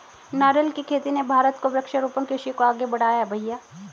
नारियल की खेती ने भारत को वृक्षारोपण कृषि को आगे बढ़ाया है भईया